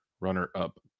runner-up